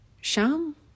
Sham